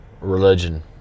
religion